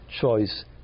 choice